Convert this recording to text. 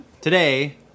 today